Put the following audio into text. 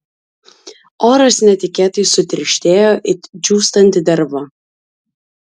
oras netikėtai sutirštėjo it džiūstanti derva